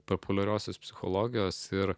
populiariosios psichologijos ir